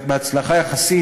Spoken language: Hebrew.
יחסית.